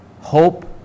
hope